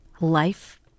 life